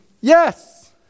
yes